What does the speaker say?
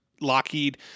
Lockheed